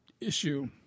issue